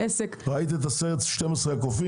ראית את הסרט 12 הקופים?